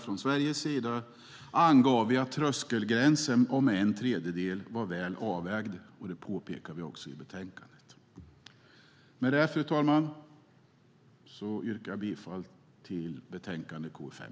Från Sveriges sida angav vi att tröskelgränsen om en tredjedel var väl avvägd, och det påpekar vi också i betänkandet. Med detta, fru talman, yrkar jag bifall till utskottets förslag till beslut i utlåtande KU5.